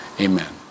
Amen